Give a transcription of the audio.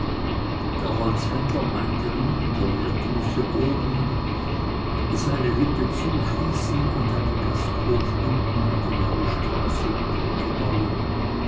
der holzhändler meinte nun der wirt müsse oben seine hütte zu schließen und einen gasthof unten an die neue straße und brücke bauen